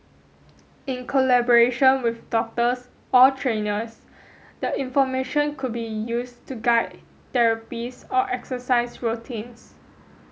in collaboration with doctors or trainers the information could be used to guide therapies or exercise routines